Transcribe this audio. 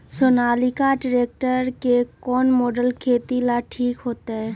Sonalika tractor के कौन model खेती ला ठीक होतै?